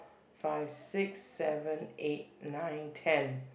five six seven eight nine ten